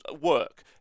work